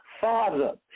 Father